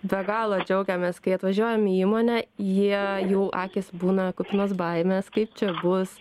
be galo džiaugiamės kai atvažiuojam į įmonę jie jų akys būna kupinos baimės kaip čia bus